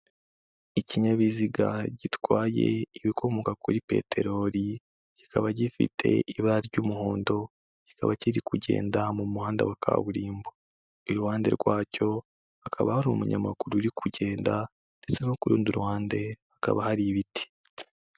Ikinyabiziga gitwaye ibikomoka kuri peteroli, kikaba gifite ibara ry'umuhondo kikaba kiri kugenda mu muhanda wa kaburimbo, iruhande rwacyo hakaba hari umunyamaguru uri kugenda ndetse no ku rundi ruhande hakaba hari ibiti.